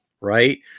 right